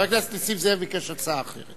חבר הכנסת נסים זאב ביקש הצעה אחרת.